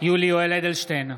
יולי יואל אדלשטיין,